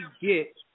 get